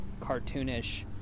cartoonish